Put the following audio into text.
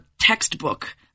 textbook